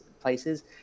places